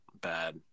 bad